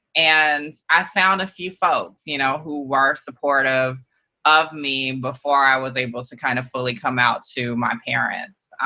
and i found a few folks you know who were supportive of me before i was able to kind of fully come out to my parents,